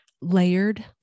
layered